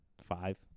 Five